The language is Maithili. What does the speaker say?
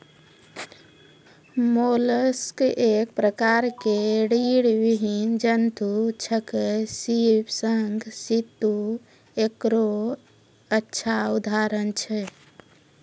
मोलस्क एक प्रकार के रीड़विहीन जंतु छेकै, सीप, शंख, सित्तु एकरो अच्छा उदाहरण छै